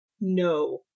No